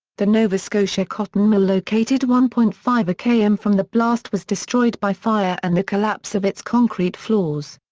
the nova scotia cotton mill located one point five km from the blast was destroyed by fire and the collapse of its concrete floors.